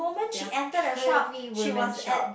they are curvy woman shop